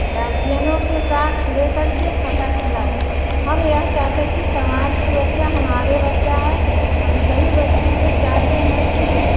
गर्जियानों के साथ ले करके खाता खुलाएँ हम यह चाहते हैं कि समाज के बच्चे हमारे बच्चे हैं हम सभी बच्चे से चाहते हैं कि